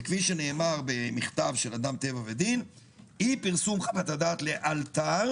כפי שנאמר במכתב של אדם טבע ודין אי פרסום חוות דעת לאלתר